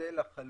ההיטל החלוט.